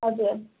हजुर